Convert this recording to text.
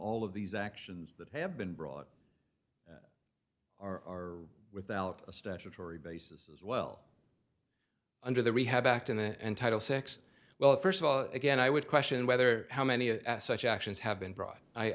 all of these actions that have been brought are without a statutory basis as well under the rehab act and title six well first of all again i would question whether how many of such actions have been brought i